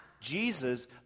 Jesus